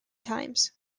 times